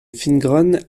fingron